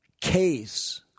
case